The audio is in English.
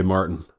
Martin